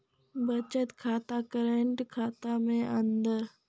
बचत खाता करेंट खाता मे अंतर?